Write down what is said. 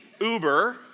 Uber